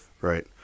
Right